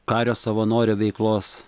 kario savanorio veiklos